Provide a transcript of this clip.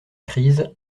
crise